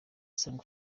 song